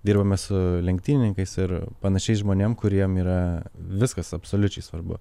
dirbame su lenktynininkais ir panašiais žmonėms kuriem yra viskas absoliučiai svarbu